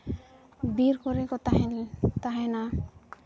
ᱵᱤᱨ ᱠᱚᱨᱮ ᱠᱚ ᱛᱟᱦᱮᱱ ᱛᱟᱦᱮᱱᱟ